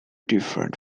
different